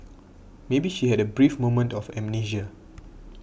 maybe she had a brief moment of amnesia